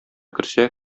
керсә